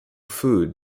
food